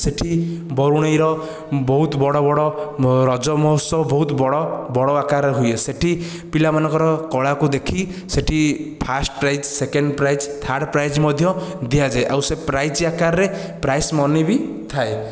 ସେଇଠି ବରୁଣେଇର ବହୁତ ବଡ଼ ବଡ଼ ରଜ ମହୋତ୍ସବ ବହୁତ ବଡ଼ ବଡ଼ ଆକାରରେ ହୁଏ ସେ'ଠି ପିଲାମାନଙ୍କର କଳାକୁ ଦେଖି ସେ'ଠି first prize second prize third prize ମଧ୍ୟ ଦିଆଯାଏ ଓ ସେ ପ୍ରାଇଜ ଆକାରରେ ପ୍ରାଇଜ ମନି ବି ଥାଏ